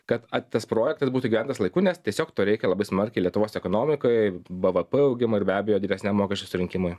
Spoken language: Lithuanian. kad tas projektas būtų įgyventas laiku nes tiesiog to reikia labai smarkiai lietuvos ekonomikai bvp augimui ir be abejo didesniam mokesčių surinkimui